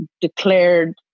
declared